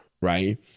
right